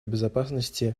безопасности